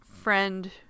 friend